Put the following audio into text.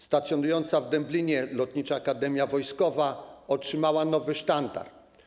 Stacjonująca w Dęblinie Lotnicza Akademia Wojskowa otrzymała nowy sztandar.